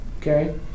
Okay